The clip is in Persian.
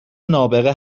نابغه